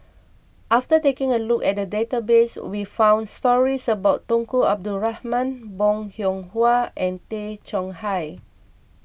after taking a look at the database we found stories about Tunku Abdul Rahman Bong Hiong Hwa and Tay Chong Hai